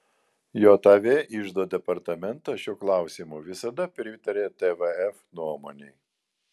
jav iždo departamentas šiuo klausimu visada pritarė tvf nuomonei